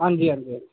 हंजी हंजी हंजी